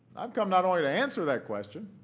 i've come not only to answer that question,